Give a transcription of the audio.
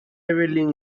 evelyn